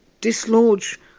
dislodge